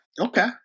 Okay